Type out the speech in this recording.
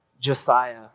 Josiah